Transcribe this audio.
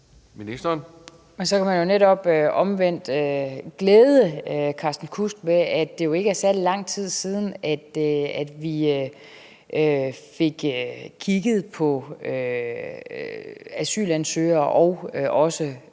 Men så kan man jo netop omvendt glæde Carsten Kudsk med, at det ikke er særlig lang tid siden, at vi har fået kigget på asylansøgere og folk